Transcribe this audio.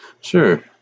Sure